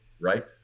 right